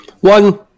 One